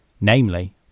namely